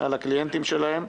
על הקליינטים שלהם,